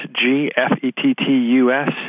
G-F-E-T-T-U-S